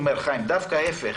חיים, אני הייתי אומר דווקא ההפך.